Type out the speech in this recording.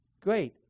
great